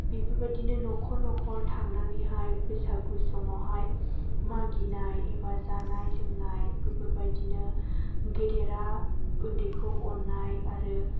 बेफोरबायदिनो न'खर न'खर थांनानैहाय बैसागु समावहाय मागिनाय एबा जानाय लोंनाय बेफोरबायदिनो गेदेरा उन्दैखौ अननाय आरो